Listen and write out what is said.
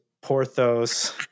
Porthos